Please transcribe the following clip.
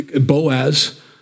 Boaz